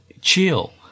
chill